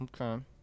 Okay